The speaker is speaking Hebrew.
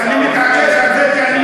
מר עיסאווי פריג' אני מתעקש על זה שאני,